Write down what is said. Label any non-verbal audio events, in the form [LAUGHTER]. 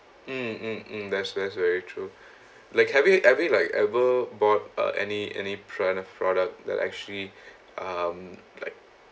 mm mm mm that's that's very true like have you ever like ever bought uh any any plan or product that actually [BREATH] um like